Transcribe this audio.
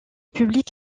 public